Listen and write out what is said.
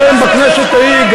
ואף אחד לא שאג כמותכם בכנסת ההיא,